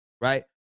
right